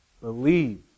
Believe